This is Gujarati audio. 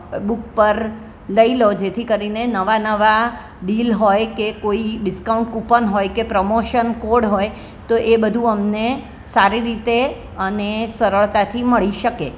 બુક પર લઈ લો જેથી કરીને ને નવા નવા ડીલ હોય કે કોઈ ડિસ્કાઉન્ટ કુપન હોય કે પ્રમોશન કોડ હોય તો એ બધું અમને સારી રીતે અને સરળતાથી મળી શકે